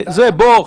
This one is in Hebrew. בואו,